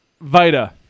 Vita